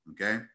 okay